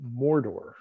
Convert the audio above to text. Mordor